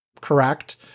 correct